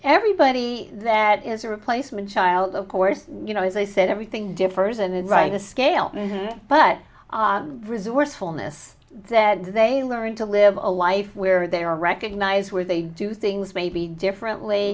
everybody that is a replacement child of course you know as i said everything defers and write a scale but resourcefulness that they learn to live a life where they are recognize where they do things maybe differently